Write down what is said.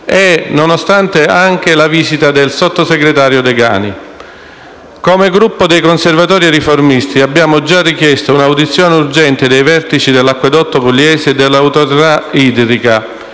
la decisione) e la visita del sottosegretario Degani. Come Gruppo dei Conservatori e Riformisti, abbiamo gia richiesto un’audizione urgente dei vertici dell’Acquedotto pugliese, dell’Autorita` idrica